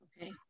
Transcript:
Okay